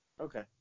Okay